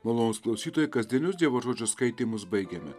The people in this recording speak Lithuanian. malonūs klausytojai kasdienius dievo žodžio skaitymus baigiame